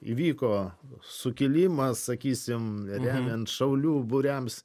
įvyko sukilimas sakysim remiant šaulių būriams